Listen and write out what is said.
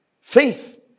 Faith